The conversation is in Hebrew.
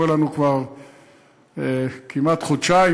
זה מה שקורה לנו כבר כמעט חודשיים,